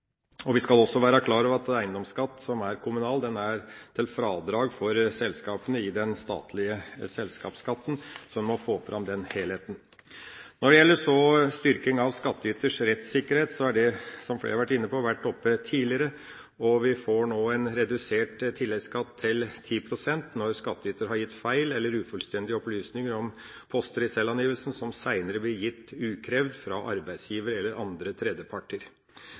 flyttbart. Vi skal også være klar over at eiendomsskatten, som er kommunal, er til fradrag for selskapene i den statlige selskapsskatten. Vi må få fram den helheten. Når det gjelder styrkinga av skattyters rettssikkerhet, har det vært oppe til debatt tidligere, som flere har vært inne på. Vi får nå en redusert tilleggsskatt på 10 pst. når skattyter har gitt feil eller ufullstendige opplysninger om poster i selvangivelsen, som seinere blir gitt ukrevd fra arbeidsgiver eller andre tredjeparter.